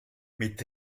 mit